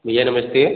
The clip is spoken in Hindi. भईया नमस्ते